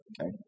Okay